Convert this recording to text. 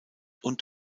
und